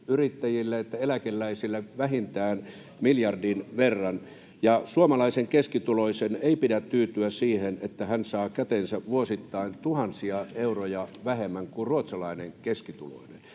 yrittäjille että eläkeläisille vähintään miljardin verran, ja suomalaisen keskituloisen ei pidä tyytyä siihen, että hän saa käteensä vuosittain tuhansia euroja vähemmän kuin ruotsalainen keskituloinen.